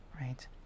right